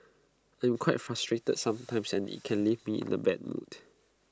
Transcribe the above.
I'm quite frustrated sometimes and IT can leave me in A bad mood